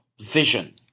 vision